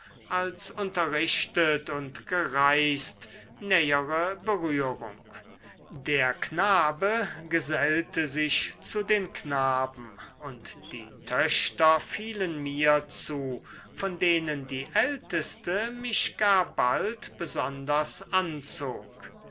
als unterrichtet und gereist nähere berührung der knabe gesellte sich zu den knaben und die töchter fielen mir zu von denen die älteste mich gar bald besonders anzog